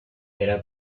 era